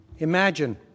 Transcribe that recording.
Imagine